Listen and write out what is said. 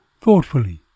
thoughtfully